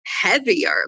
heavier